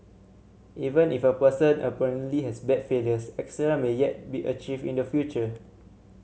even if a person apparently has bad failures excellence may yet be achieved in the future